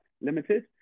Limited